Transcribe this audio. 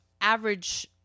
average